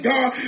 God